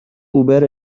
اوبر